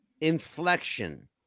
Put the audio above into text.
inflection